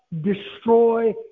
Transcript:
destroy